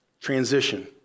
Transition